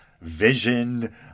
vision